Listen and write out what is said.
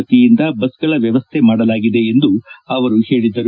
ವತಿಯಿಂದ ಬಸ್ಗಳ ವ್ಲವಸ್ಥೆ ಮಾಡಲಾಗಿದೆ ಎಂದು ಹೇಳಿದರು